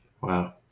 Wow